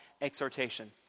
exhortation